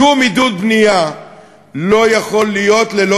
ששום עידוד בנייה לא יכול להיות ללא